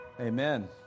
Amen